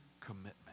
commitment